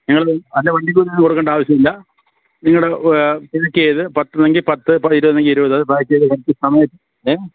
നിങ്ങൾ അതിനു വണ്ടിക്കൂലി ഒന്നും കൊടുക്കേണ്ട ആവശ്യമില്ല നിങ്ങളുടെ പാക്ക് ചെയ്ത് പത്ത് എങ്കിൽ പത്ത് ഇരുപതെങ്കിൽ ഇരുപത് അത് പാക്ക് ചെയ്ത് കറക്റ്റ് സമയത്ത് ഏഹ്